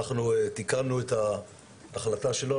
ואנחנו תיקנו את ההחלטה שלנו.